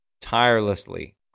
tirelessly